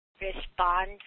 respond